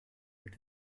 mit